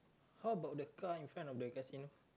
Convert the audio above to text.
how about the car in front of the casino